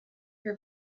her